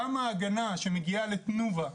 למה הגנה שמגיעה לתנובה,